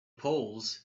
poles